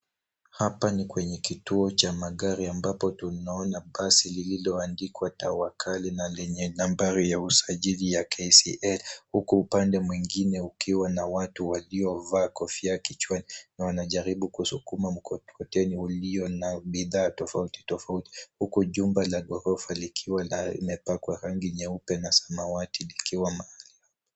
Hapa ni kwenye kituo cha magari ambapo tunaona basi lililoandikwa Tawakala na lenye nambari la usajili ya KCA huku upande mwingine ukiwa na watu waliovaa kofia kichwani na wanajaribu kusukuma mkokoteni ulio na bidhaa tofauti tofauti huku jumba la ghorofa likiwa limepakwa rangi nyeupe na samawati.